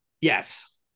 Yes